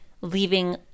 leaving